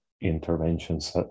interventions